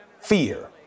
fear